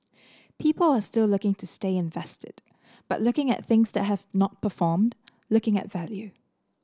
people are still looking to stay invested but looking at things that have not performed looking at value